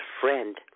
friend